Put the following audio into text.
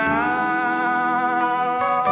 now